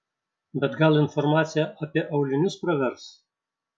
bet gal informacija apie aulinius pravers